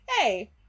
hey